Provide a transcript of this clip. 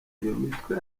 mitwe